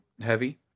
heavy